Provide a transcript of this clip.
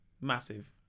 massive